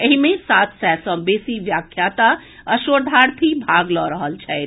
एहि मे सात सय सँ बेसी व्याख्याता आ शोधार्थी भाग लऽ रहल छथि